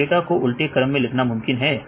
क्या डाटा को उल्टे क्रम में लिखना मुमकिन है